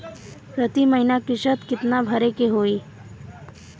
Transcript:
प्रति महीना किस्त कितना भरे के होई?